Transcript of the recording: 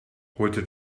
holte